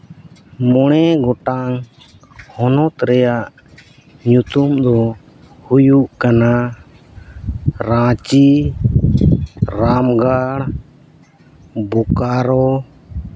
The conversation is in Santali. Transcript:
ᱢᱚᱬᱮ ᱜᱚᱴᱟᱝ ᱦᱚᱱᱚᱛ ᱨᱮᱭᱟᱜ ᱧᱩᱛᱩᱢ ᱫᱚ ᱦᱩᱭᱩᱜ ᱠᱟᱱᱟ ᱨᱟᱺᱪᱤ ᱨᱟᱢᱜᱚᱲ ᱵᱳᱠᱟᱨᱳ